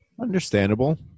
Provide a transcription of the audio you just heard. Understandable